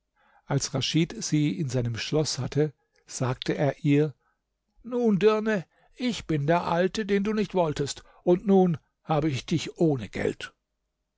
als raschid sie in seinem schloß hatte sagte er ihr nun dirne ich bin der alte den du nicht wolltest und nun habe ich dich ohne geld